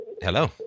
Hello